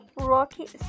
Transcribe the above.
Rocky